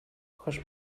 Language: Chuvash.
хӑш